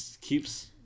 keeps